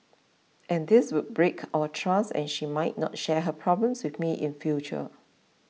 and this would break our trust and she might not share her problems with me in future